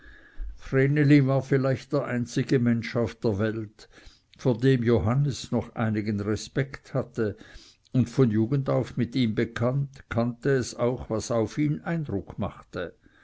war vielleicht der einzige mensch auf der welt vor dem johannes noch einigen respekt hatte und von jugend auf mit ihm bekannt kannte es auch was auf ihn eindruck machte